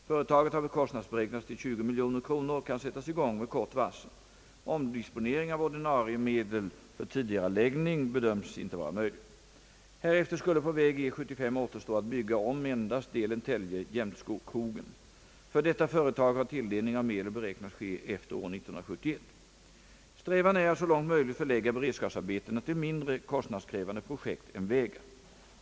Företaget har kostnadsberäknats till 20 miljoner kronor och kan sättas i gång med kort varsel. Omdisponering av ordinarie medel för tidigareläggning bedöms dock inte vara möjlig. Härefter skulle på väg E 75 återstå att bygga om endast delen Tälje—Jämtkrogen. För detta företag har tilldelning av medel beräknats ske efter år 1971: Strävan är att så långt möjligt förlägga beredskapsarbetena till mindre kostnadskrävande projekt än vägar.